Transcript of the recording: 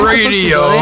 Radio